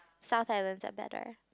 south island are better